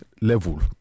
level